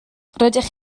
rydych